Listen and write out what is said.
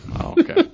Okay